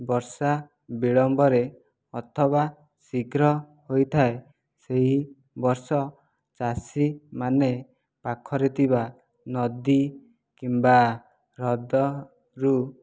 ବର୍ଷା ବିଳମ୍ବରେ ଅଥବା ଶୀଘ୍ର ହୋଇଥାଏ ସେହି ବର୍ଷ ଚାଷୀମାନେ ପାଖରେ ଥିବା ନଦୀ କିମ୍ବା ହ୍ରଦରୁ